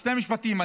שני משפטים.